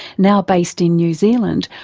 now based in new zealand,